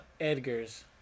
Edgar's